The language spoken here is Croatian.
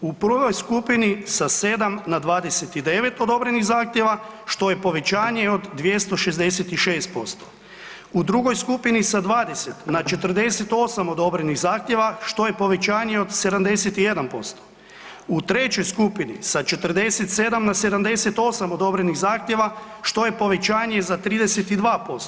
U 1. skupini sa 7 na 29 odobrenih zahtjeva, što je povećanje od 266%, u 2. skupini sa 20 na 48 odobrenih zahtjeva, što je povećanje od 71%, u 3. skupini sa 47 na 78 odobrenih zahtjeva što je povećanje za 32%